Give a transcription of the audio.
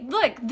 Look